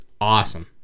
awesome